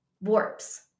warps